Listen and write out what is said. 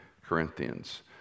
Corinthians